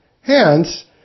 Hence